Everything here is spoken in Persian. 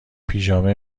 پیژامه